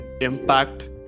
impact